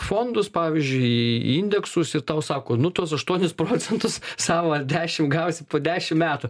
fondus pavyzdžiui į indeksus ir tau sako nu tuos aštuonis procentus sau ar dešimt gausi po dešim metų